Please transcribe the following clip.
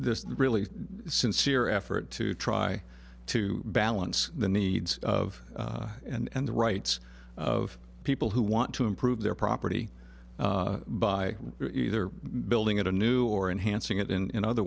this really sincere effort to try to balance the needs of and the rights of people who want to improve their property by either building it a new or enhancing it in other